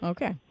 Okay